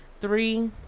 Three